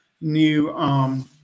new